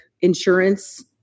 insurance